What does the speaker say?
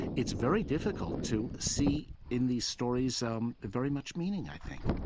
it's very difficult to see in these stories um very much meaning, i think